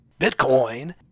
Bitcoin